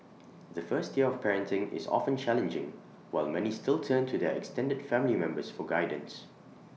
the first year of parenting is often challenging while many still turn to their extended family members for guidance